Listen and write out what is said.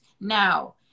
Now